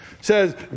says